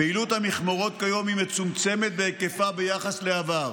פעילות המכמורות היא מצומצמת בהיקפה ביחס לעבר.